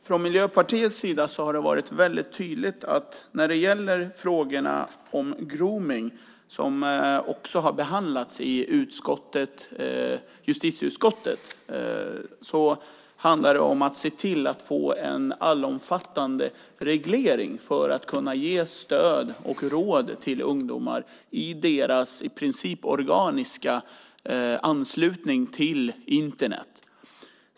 Från Miljöpartiets sida har det varit tydligt att när det gäller frågorna om gromning, som också har behandlats i justitieutskottet, handlar det om att se till att få en allomfattande reglering för att kunna ge stöd och råd till ungdomar i deras i princip organiska anslutning till Internet.